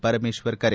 ಪರಮೇಶ್ವರ್ ಕರೆ